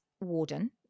Warden